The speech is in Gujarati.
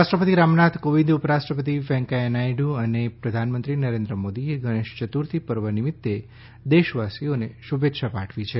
રાષ્ટ્રપતિ રામનાથ કોવિંદ ઉપરાષ્ટ્રપતિ વેકૈયાહ નાયડુ અને પ્રધાનમંત્રી નરેન્દ્ર મોદીએ ગણેશ ચતુર્થી પર્વ નિમિત્તે દેશવાસીઓને શુભેચ્છા પાઠવી છે